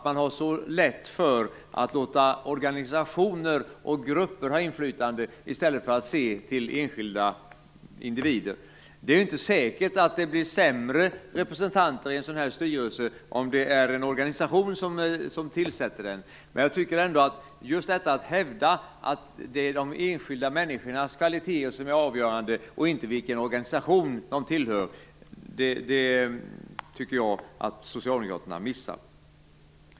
Man har så lätt för att låta organisationer och grupper ha inflytande i stället för att se till den enskilda individen. Det är ju inte säkert att man får sämre representanter i styrelsen om en organisation tillsätter den, men jag tycker ändå att det är de enskilda människornas kvaliteter som är avgörande, inte vilken organisation de tillhör. Det har socialdemokraterna missat.